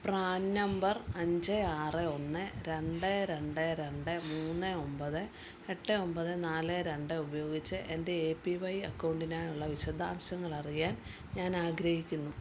PRAN number അഞ്ച് ആറ് ഒന്ന് രണ്ട് രണ്ട് രണ്ട് മൂന്ന് ഒൻപത് എട്ട് ഒൻപത് നാല് രണ്ട് ഉപയോഗിച്ച് എൻ്റെ എ പി വൈ അക്കൗണ്ടിനായുള്ള വിശദാംശങ്ങൾ അറിയാൻ ഞാൻ ആഗ്രഹിക്കുന്നു